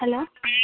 hello